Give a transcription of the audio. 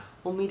ah